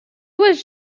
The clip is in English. was